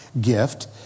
gift